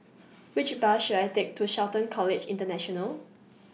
Which Bus should I Take to Shelton College International